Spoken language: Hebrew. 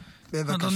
כוח, מושיקו.